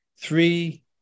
three